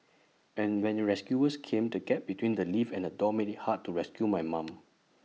and when rescuers came the gap between the lift and the door made IT hard to rescue my mum